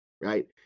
right